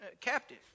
captive